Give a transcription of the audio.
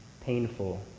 painful